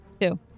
Two